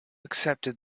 accepted